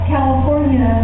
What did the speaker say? California